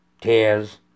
tears